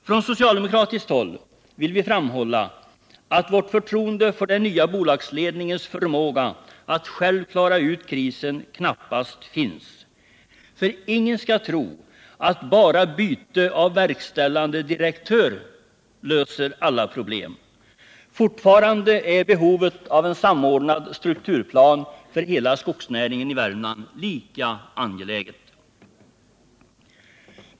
Från socialdemokratiskt håll vill vi framhålla att något förtroende för den nya bolagsledningens förmåga att själv klara ut krisen knappast finns. Ingen skall tro att bara byte av verkställande direktör löser alla problem. Fortfarande är behovet av en samordnad strukturplan för hela skogsnäringen i Värmland lika angelägen.